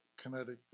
kinetic